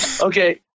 okay